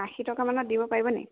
আশী টকামানত দিব পাৰিব নাই